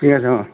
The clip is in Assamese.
ঠিক আছে অ